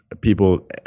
people